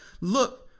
look